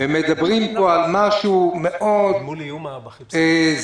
פה מדברים על משהו מאוד זול,